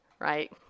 right